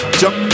jump